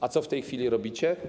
A co w tej chwili robicie?